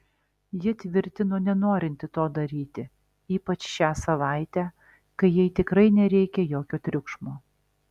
ji tvirtino nenorinti to daryti ypač šią savaitę kai jai tikrai nereikia jokio triukšmo